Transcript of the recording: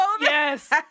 Yes